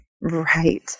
Right